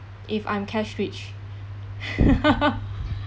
if I'm cash rich